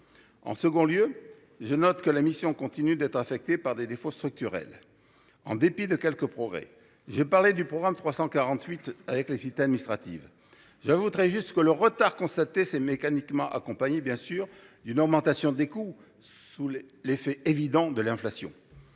En second lieu, je note que la mission continue d’être affectée par des défauts structurels, en dépit de quelques progrès. J’ai parlé du programme 348 en évoquant les cités administratives. J’ajouterai juste que le retard constaté s’est mécaniquement accompagné d’une augmentation des coûts sous l’effet de l’inflation.